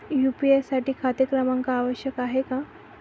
UPI साठी खाते क्रमांक आवश्यक आहे का?